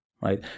right